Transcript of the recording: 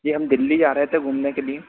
जी हम दिल्ली जा रहे थे घूमने के लिए